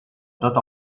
tot